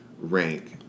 rank